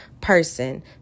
person